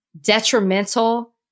detrimental